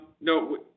no